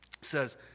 says